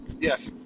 Yes